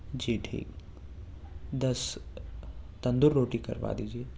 جی ٹھیک دس تندوری روٹی کروا دیجیے